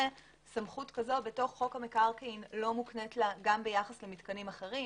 סמכות כזו בתוך חוק המקרקעין לא מוקנית לה גם ביחס למתקנים אחרים,